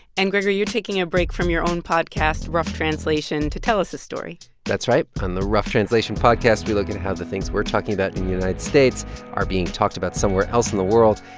and gregory, you're taking a break from your own podcast, rough translation, to tell us this story that's right. on the rough translation podcast, we look at and how the things we're talking about in the united states are being talked about somewhere else in the world.